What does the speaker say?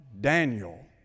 Daniel